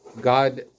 God